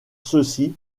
ceci